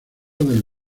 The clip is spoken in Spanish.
del